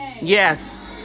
Yes